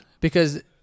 because-